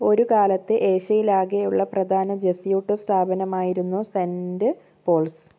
ഒരു കാലത്ത് ഏഷ്യയിലാകെയുള്ള പ്രധാന ജെസ്യൂട്ട് സ്ഥാപനമായിരുന്നു സെന്റ് പോൾസ്